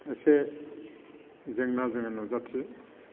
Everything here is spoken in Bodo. एसे जेंना जोंनो नुजाथियो